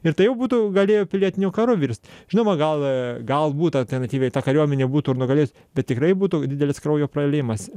ir tai jau būtų galėję pilietiniu karu virst žinoma gal galbūt alternatyviai ta kariuomenė būtų ir nugalėjus bet tikrai būtų didelis kraujo praliejimas